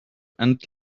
and